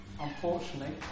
unfortunately